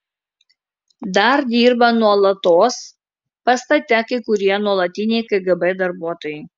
dar dirba nuolatos pastate kai kurie nuolatiniai kgb darbuotojai